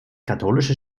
katholische